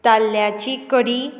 ताल्ल्याची कडी